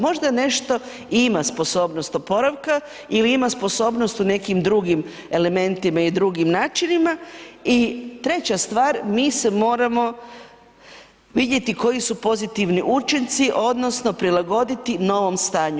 Možda nešto i ima sposobnost oporavka i ima sposobnost u nekim drugim elementima i drugim načinima i 3. stvar, mi se moramo vidjeti koji su pozitivni učinci, odnosno prilagoditi novom stanju.